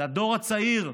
לדור הצעיר,